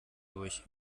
durch